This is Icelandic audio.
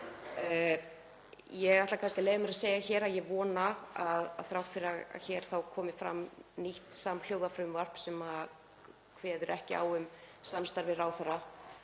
Ég ætla kannski að leyfa mér að segja hér að ég vona að þrátt fyrir að hér komi fram nýtt samhljóða frumvarp sem kveður ekki á um samstarf við ráðherra